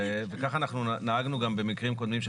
וכך אנחנו נהגנו גם במקרים קודמים,